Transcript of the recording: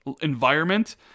environment